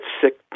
sick